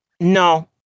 No